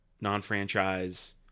non-franchise